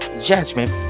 judgment